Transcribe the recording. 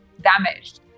damaged